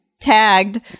tagged